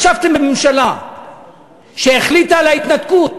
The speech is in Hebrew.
ישבתם בממשלה שהחליטה על ההתנתקות,